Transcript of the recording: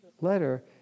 letter